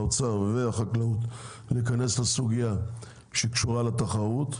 האוצר והחקלאות להיכנס לסוגייה שקשורה לתחרות,